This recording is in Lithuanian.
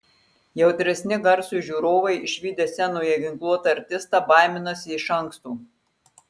jautresni garsui žiūrovai išvydę scenoje ginkluotą artistą baiminasi iš anksto